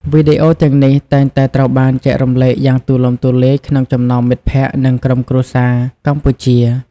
វីដេអូទាំងនេះតែងតែត្រូវបានចែករំលែកយ៉ាងទូលំទូលាយក្នុងចំណោមមិត្តភក្តិ និងក្រុមគ្រួសារកម្ពុជា។